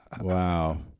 Wow